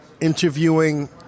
interviewing